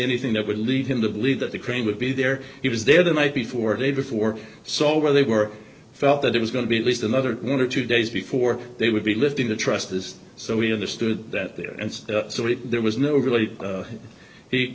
anything that would lead him to believe that the crane would be there he was there the night before day before so where they were felt that it was going to be at least another one or two days before they would be lifting the trust is so we understood that there and there was no really